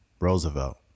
Roosevelt